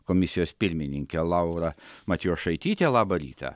komisijos pirmininkė laura matijošaitytė labą rytą